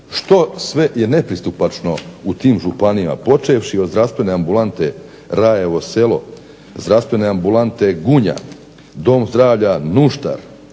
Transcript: što sve je nepristupačno u tim županijama počevši od zdravstvene ambulante Rajevo Selo, zdravstvene ambulante Gunja, Dom zdravlja Nuštar,